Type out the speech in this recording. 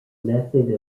method